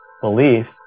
belief